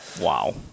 wow